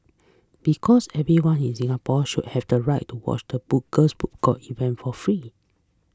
because everyone in Singapore should have the right to watch the event for free